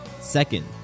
Second